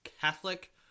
Catholic